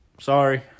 Sorry